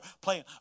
playing